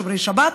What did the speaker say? שומרי שבת,